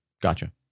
Gotcha